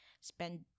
spend